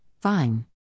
fine